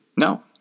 No